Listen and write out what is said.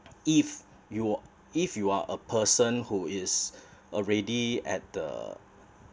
if you if you are a person who is already at the